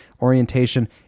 orientation